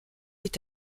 est